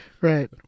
right